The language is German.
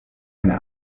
eine